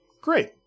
Great